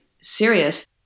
serious